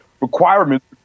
requirements